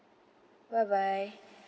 bye bye